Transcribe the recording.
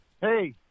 Hey